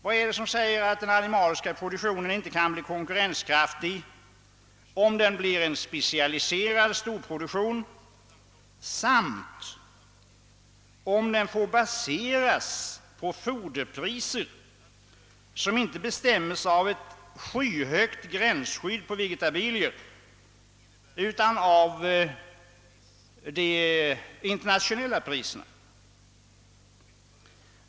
Vad är det som säger att den animaliska produktionen inte kan bli konkurrenskraftig om den blir en specialiserad storproduktion och får baseras på foderpriser som inte bestäms av ett skyhögt gränsskydd på vegetabilier utan av de internationella priserna?